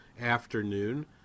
afternoon